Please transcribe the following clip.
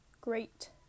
great